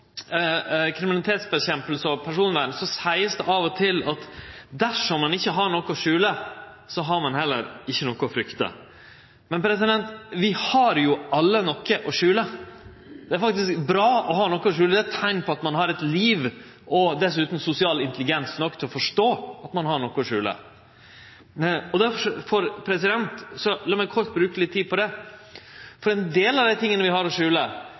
kriminalitetsbekjemping og personvern vert det av og til sagt at dersom ein ikkje har noko å skjule, har ein heller ikkje noko å frykte. Men vi har alle noko å skjule. Det er faktisk bra å ha noko å skjule. Det er eit teikn på at ein har eit liv og dessutan sosial intelligens nok til å forstå at ein har noko å skjule. La meg bruke litt tid på det. Ein del av tinga som vi har å skjule,